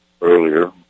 earlier